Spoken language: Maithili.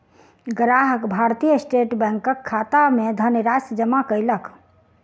ग्राहक भारतीय स्टेट बैंकक खाता मे धनराशि जमा कयलक